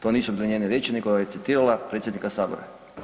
To nisu bile njene riječi nego je citirala predsjednika sabora.